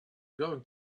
going